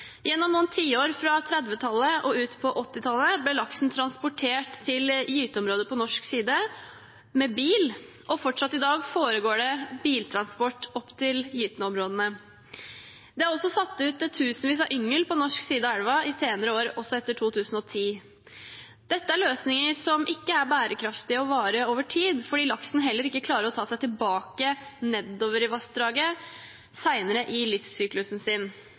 Gjennom noen tiår fra 1930-tallet og ut på 1980-tallet ble laksen transportert til gyteområder på norsk side med bil, og fortsatt i dag foregår det biltransport opp til gyteområdene. Det er også satt ut tusenvis av yngel på norsk side av elva i senere år, også etter 2010. Dette er løsninger som ikke er bærekraftige og varige over tid, fordi laksen heller ikke klarer å ta seg tilbake nedover i vassdraget senere i livssyklusen sin.